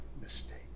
mistake